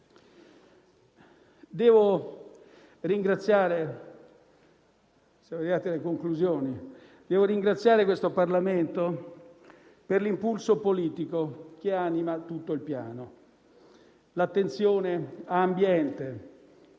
devo ringraziare questo Parlamento per l'impulso politico che anima tutto il Piano: l'attenzione a ambiente,